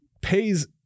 pays